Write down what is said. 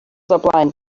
oblaen